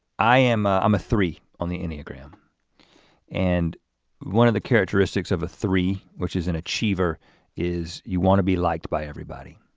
i'm ah um a three on the enneagram and one of the characteristics of a three which is an achiever is you wanna be liked by everybody.